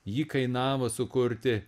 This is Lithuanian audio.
jį kainavo sukurti